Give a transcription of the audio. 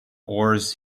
oars